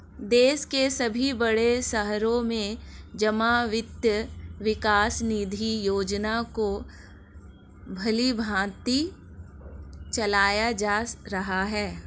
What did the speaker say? देश के सभी बड़े शहरों में जमा वित्त विकास निधि योजना को भलीभांति चलाया जा रहा है